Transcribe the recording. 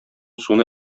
суны